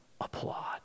applaud